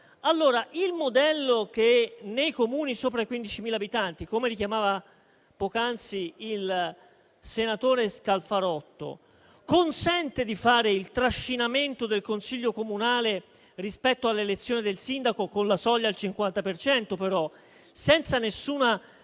Il modello che nei Comuni sopra i 15.000 abitanti - come richiamava poc'anzi il senatore Scalfarotto - consente di fare il trascinamento del consiglio comunale rispetto alle elezioni del sindaco, ma con la soglia al 50 per cento, senza